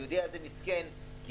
היהודי הזה מסכן כי